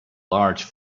large